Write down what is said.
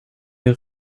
les